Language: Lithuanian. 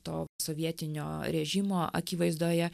to sovietinio režimo akivaizdoje